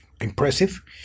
impressive